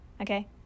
Okay